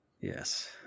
Yes